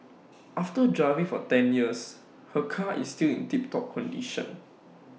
after driving for ten years her car is still in tip top condition